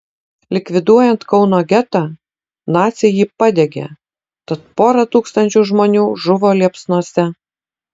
likviduojant kauno getą naciai jį padegė tad pora tūkstančių žmonių žuvo liepsnose